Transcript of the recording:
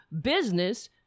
business